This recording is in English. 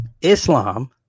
Islam